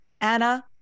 anna